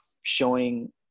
showing